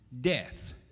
death